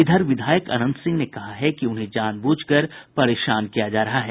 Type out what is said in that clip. इधर विधायक अनंत सिंह ने कहा है कि उन्हें जानबूझकर परेशान किया जा रहा है